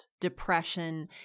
depression